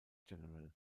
general